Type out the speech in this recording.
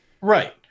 right